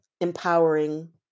empowering